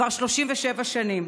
כבר 37 שנים.